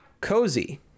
Cozy